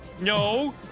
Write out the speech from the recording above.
No